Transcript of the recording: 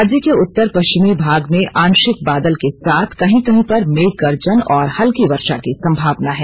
राज्य के उत्तर पश्चिमी भाग में आंशिक बादल के साथ कहीं कहीं पर मेघ गर्जन और हल्की वर्षा की संभावना है